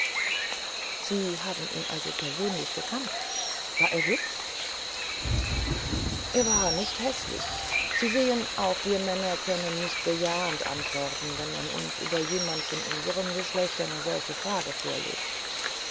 sie haben ihn also persönlich gekannt war er hübsch er war nicht häßlich sie sehen auch wir männer können nicht bejahend antworten wenn man uns über jemand von unserem geschlechte eine solche frage vorlegt